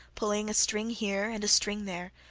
pulling a string here, and a string there,